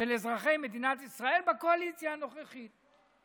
של אזרחי מדינת ישראל בקואליציה הנוכחית.